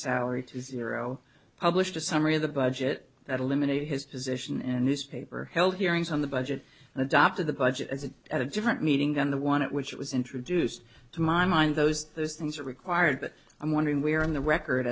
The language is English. salary to zero published a summary of the budget that eliminated his position in a newspaper held hearings on the budget and adopted the budget as it at a different meeting and the one which was introduced to my mind those those things are required but i'm wondering where on the record